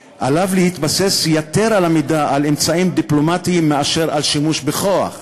להתבסס יותר על אמצעים דיפלומטיים מאשר על שימוש בכוח.